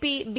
P B